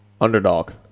underdog